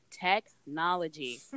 technology